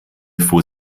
fuhr